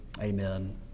Amen